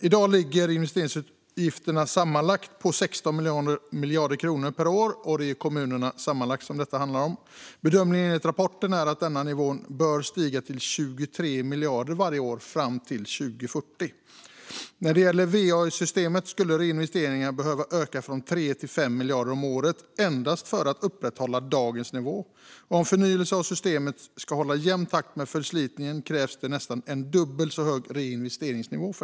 I dag ligger investeringsutgifterna för kommunerna på sammanlagt 16 miljarder kronor per år. Bedömningen enligt rapporten är att denna nivå bör stiga varje år till 23 miljarder 2040. När det gäller va-systemet skulle reinvesteringarna behöva öka från 3 miljarder till 5 miljarder om året enbart för att upprätthålla dagens nivå, och om förnyelsen av systemet ska hålla jämn takt med förslitningen krävs det en nästan dubbelt så hög reinvesteringsnivå.